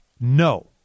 No